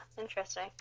interesting